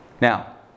Now